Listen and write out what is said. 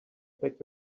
beg